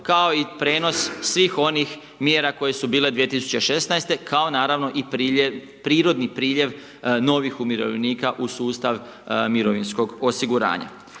kao i prijenos svih onih mjera koje su bila 2016. kao naravno i priljev, prirodni priljev novih umirovljenika u sustav mirovinskog osiguranja.